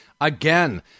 Again